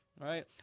right